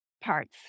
parts